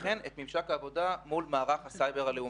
וגם את ממשק העבודה מול מערך הסייבר הלאומי.